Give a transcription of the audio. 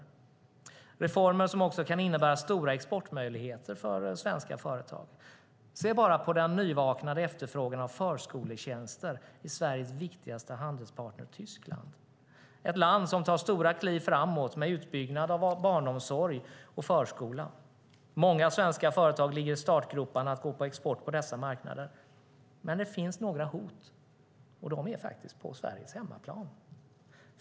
Det är reformer som kan innebära stora exportmöjligheter för svenska företag. Se bara på den nyvaknade efterfrågan på förskoletjänster i Sveriges viktigaste handelspartner Tyskland, ett land som tar stora kliv framåt med utbyggnad av barnomsorg och förskola. Många svenska företag ligger i startgroparna för att gå på export till dessa marknader. Men det finns några hot, och de finns faktiskt på Sveriges hemmaplan.